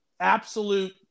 absolute